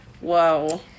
Whoa